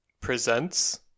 presents